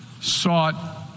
sought